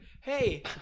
hey